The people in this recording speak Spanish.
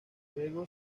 luego